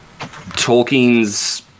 Tolkien's